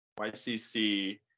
YCC